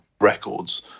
records